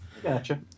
Gotcha